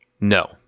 No